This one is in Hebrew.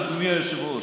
אדוני היושב-ראש,